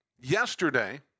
Yesterday